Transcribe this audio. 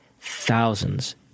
Thousands